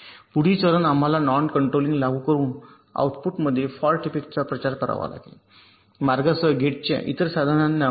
पुढील चरण आम्हाला नॉन कंट्रोलिंग लागू करून आउटपुटमध्ये फॉल्ट इफेक्टचा प्रचार करावा लागेल मार्गासह गेटच्या इतर साधनांना मूल्ये